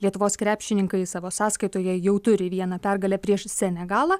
lietuvos krepšininkai savo sąskaitoje jau turi vieną pergalę prieš senegalą